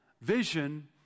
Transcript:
Vision